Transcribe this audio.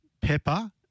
pepper